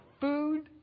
food